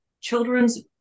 children's